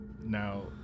Now